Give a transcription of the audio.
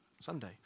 Sunday